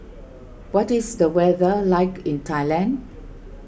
what is the weather like in Thailand